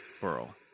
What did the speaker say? Burl